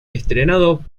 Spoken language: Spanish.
estrenado